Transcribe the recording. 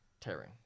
Tearing